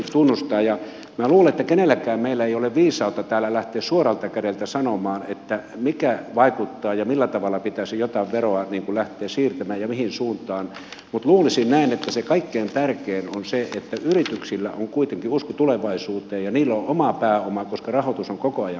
minä luulen että kenelläkään meillä ei ole viisautta täällä lähteä suoralta kädeltä sanomaan mikä vaikuttaa ja millä tavalla pitäisi jotain veroa lähteä siirtämään ja mihin suuntaan mutta luulisin näin että se kaikkein tärkein on se että yrityksillä on kuitenkin usko tulevaisuuteen ja niillä on oma pääoma koska rahoitus on koko ajan kallistunut